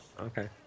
Okay